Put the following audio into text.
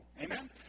Amen